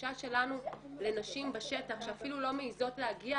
הגישה שלנו לנשים בשטח שאפילו לא מעזות להגיע